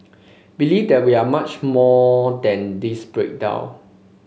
believe that we are much more than this breakdown